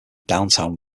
downtown